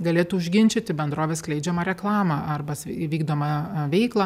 galėtų užginčyti bendrovės skleidžiamą reklamą arba vykdomą veiklą